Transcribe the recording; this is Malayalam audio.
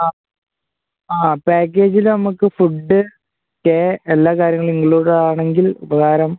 അ ആ പാക്കേജില് ഞങ്ങള്ക്ക് ഫുഡ് സ്റ്റേ എല്ലാ കാര്യങ്ങളും ഇൻക്ലുഡഡാണെങ്കിൽ ഉപകാരം